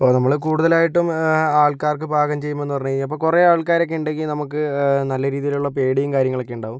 ഇപ്പോൾ നമ്മൾ കൂടുതലായിട്ടും ആൾക്കാർക്ക് പാകം ചെയ്യുമ്പോൾ എന്നു പറഞ്ഞു കഴിഞ്ഞാൽ ഇപ്പോൾ കുറേ ആൾക്കാരൊക്കെ ഉണ്ടെങ്കിൽ നമുക്ക് നല്ല രീതിയിലുള്ള പേടിയും കാര്യങ്ങളൊക്കെ ഉണ്ടാവും